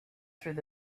through